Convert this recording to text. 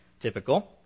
typical